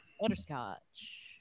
butterscotch